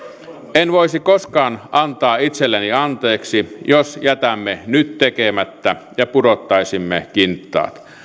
en voisi koskaan antaa itselleni anteeksi jos jättäisimme nyt tekemättä ja pudottaisimme kintaat